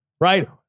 right